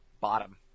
Bottom